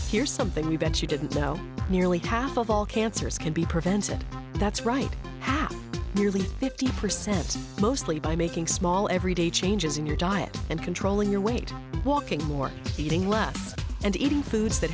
here something we bet you didn't know nearly half of all cancers can be prevented that's right half nearly fifty percent mostly by making small everyday changes in your diet and controlling your weight walking more eating less and eating foods that